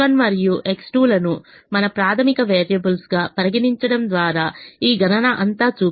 X1 మరియు X2 లను మన ప్రాథమిక వేరియబుల్స్గా పరిగణించడం ద్వారా ఈ గణన అంతా చూపిస్తాను